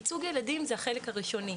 ייצוג ילדים זה החלק הראשוני.